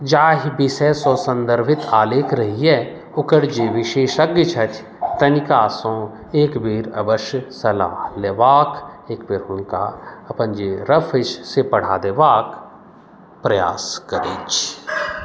जाहि विषयसँ सन्दर्भित आलेख रहैए ओकर जे विशेषज्ञ छथि तिनकासँ एक बेर अवश्य सलाह लेबाक एक बेर हुनका अपन जे रफ अछि से पढ़ा देबाक प्रयास करै छी